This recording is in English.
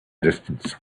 distance